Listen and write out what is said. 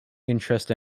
interest